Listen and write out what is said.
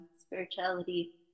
spirituality